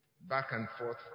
back-and-forth